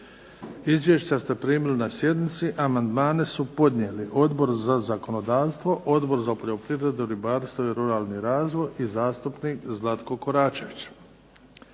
Izvješća ste primili na sjednici. Amandmane su podnijeli Odbor za zakonodavstvo, Odbor za poljoprivredu, ribarstvo i ruralni razvoj i zastupnik Zlatko Koračević.